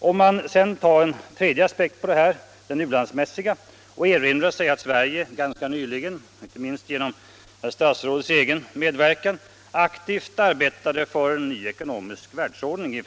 För det tredje: Sverige arbetade nyligen — inte minst genom herr statsrådets egen medverkan —- i Förenta nationerna aktivt för en ny ekonomisk världsordning.